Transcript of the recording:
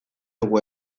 dugu